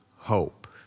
Hope